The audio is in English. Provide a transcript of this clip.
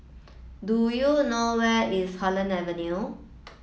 do you know where is Holland Avenue